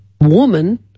woman